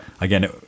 again